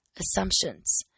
assumptions